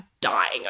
dying